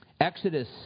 Exodus